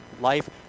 life